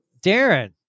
Darren